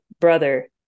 brother